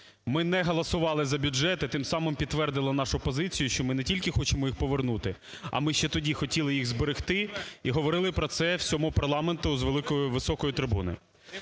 Ми не голосували за бюджет і тим самим підтвердили нашу позицію, що ми не тільки хочемо їх повернути, а ми ще тоді хотіли їх зберегти, і говорили про це всьому парламенту з високої трибуни.